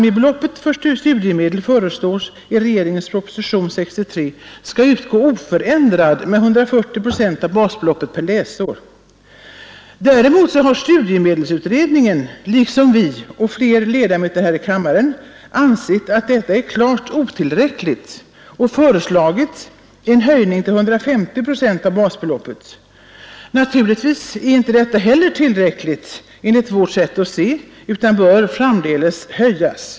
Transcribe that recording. I propositionen föreslås att maximibeloppet för studiemedel skall utgå oförändrat med 140 procent av basbeloppet per läsår. Däremot har studiemedelsutredningen liksom vi och flera andra ledmöter här i kammaren ansett att detta är klart otillräckligt och föreslagit en höjning till 150 procent av basbeloppet. Naturligtvis är inte heller detta tillräckligt enligt vår uppfattning utan bör framdeles höjas.